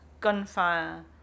gunfire